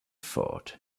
fort